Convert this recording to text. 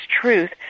truth